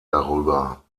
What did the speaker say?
darüber